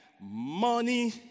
money